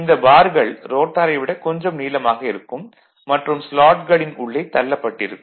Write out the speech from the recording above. இந்த பார்கள் ரோட்டாரை விட கொஞ்சம் நீளமாக இருக்கும் மற்றும் ஸ்லாட்களின் உள்ளே தள்ளப் பட்டிருக்கும்